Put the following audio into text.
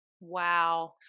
Wow